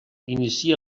inicia